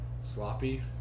sloppy